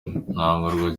ntungurwa